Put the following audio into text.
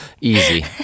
Easy